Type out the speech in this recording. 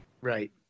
Right